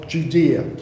Judea